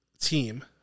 team